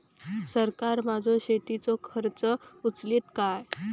सरकार माझो शेतीचो खर्च उचलीत काय?